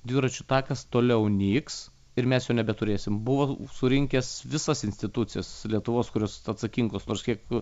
dviračių takas toliau nyks ir mes jo nebeturėsim buvo surinkęs visas institucijas lietuvos kurios atsakingos nors kiek